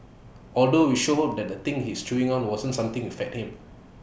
although we sure hope that the thing he was chewing on wasn't something you fed him